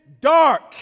dark